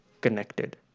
connected